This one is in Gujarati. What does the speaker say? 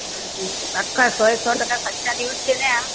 હ હ પાકા સો એ સો ટકા સાચા ન્યૂઝ છે ને આ